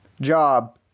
Job